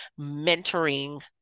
mentoring